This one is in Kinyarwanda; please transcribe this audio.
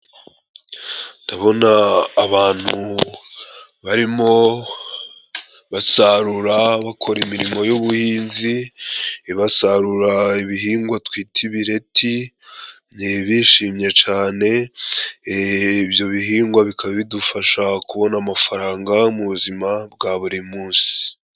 Ndabona abantu barimo basarura bakora imirimo y'ubuhinzi. Ibasarura ibihingwa twita ibireti bishimye cane. Ibyo bihingwa bikaba bidufasha kubona amafaranga mu buzima bwa buri munsi.